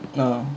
oh